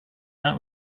that